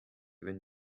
wenn